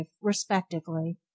respectively